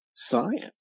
Science